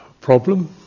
problem